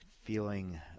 feeling